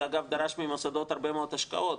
זה דרש ממוסדות הרבה מאוד השקעות,